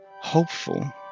hopeful